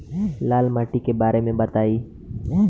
लाल माटी के बारे में बताई